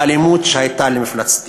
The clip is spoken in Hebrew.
מאלימות שהייתה למפלצתית.